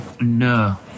No